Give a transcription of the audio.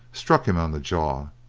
struck him on the jaw,